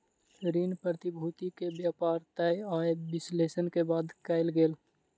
ऋण प्रतिभूति के व्यापार तय आय विश्लेषण के बाद कयल गेल